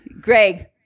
Greg